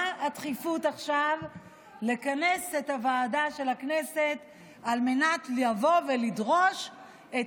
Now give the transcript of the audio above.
מה הדחיפות עכשיו לכנס את הוועדה של הכנסת על מנת לבוא ולדרוש את